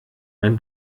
mein